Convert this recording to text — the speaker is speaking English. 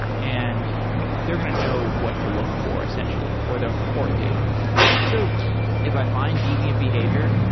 and they're going to know what to look for essentially, or they'll purport to so if i find deviant behavior,